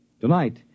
Tonight